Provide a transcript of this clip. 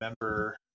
remember